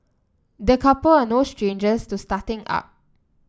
the couple are no strangers to starting up